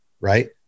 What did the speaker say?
Right